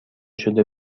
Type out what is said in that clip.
شده